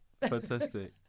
fantastic